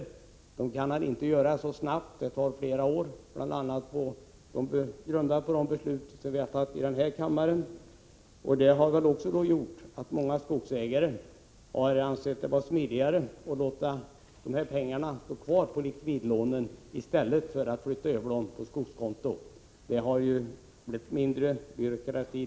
Sådana åtgärder kan inte vidtas snabbt, utan det tar flera år, bl.a. på grund av beslut som vi har fattat här i kammaren. Detta har gjort att många skogsägare har ansett att det är smidigare att låta pengarna stå kvar på likvidlånen än att flytta över dem på skogskonto, eftersom det då blir mindre byråkrati.